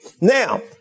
Now